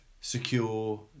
secure